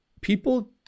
people